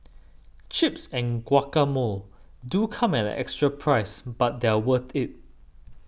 chips and guacamole do come at an extra price but they're worth it